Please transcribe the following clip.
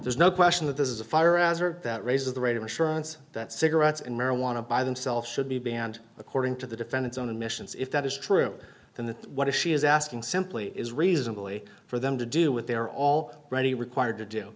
there's no question that this is a firearms or that raises the rate of assurance that cigarettes and marijuana by themselves should be banned according to the defendant's own admissions if that is true then what is she is asking simply is reasonably for them to do with they're all ready required to do